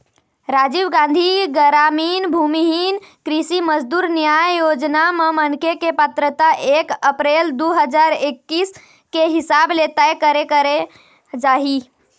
राजीव गांधी गरामीन भूमिहीन कृषि मजदूर न्याय योजना म मनखे के पात्रता एक अपरेल दू हजार एक्कीस के हिसाब ले तय करे करे जाही